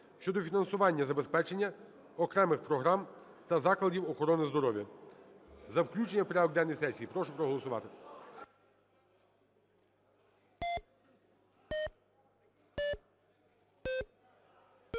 щодо фінансування забезпечення окремих програм та закладів охорони здоров'я. За включення в порядок денний сесії прошу проголосувати.